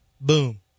Boom